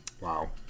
Wow